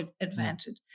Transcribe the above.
advantage